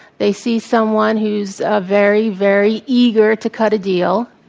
they see someone who's ah very, very eager to cut a deal.